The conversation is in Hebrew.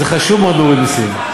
וזה חשוב מאוד להוריד מסים.